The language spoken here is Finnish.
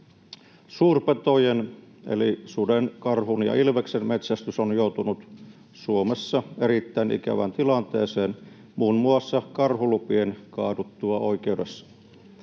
Suurpetojen eli suden, karhun ja ilveksen metsästys on joutunut Suomessa erittäin ikävään tilanteeseen muun muassa karhulupien kaaduttua oikeudessa.